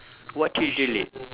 what you delete